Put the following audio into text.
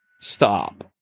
stop